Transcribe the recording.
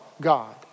God